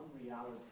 unreality